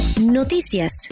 Noticias